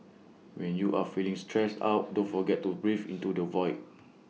when you are feeling stressed out don't forget to breathe into the void